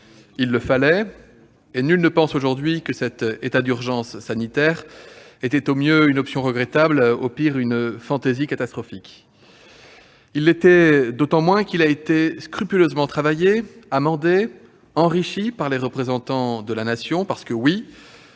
Il le fallait, et nul ne pense aujourd'hui que cet état d'urgence sanitaire était au mieux une option regrettable, au pire une fantaisie catastrophiste. Il l'était d'autant moins qu'il a été scrupuleusement travaillé, amendé, enrichi par les représentants de la Nation, car, quelles